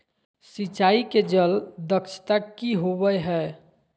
सिंचाई के जल दक्षता कि होवय हैय?